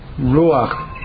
Ruach